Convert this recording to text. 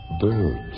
Birds